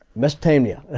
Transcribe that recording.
mesptamia